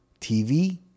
tv